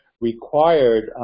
required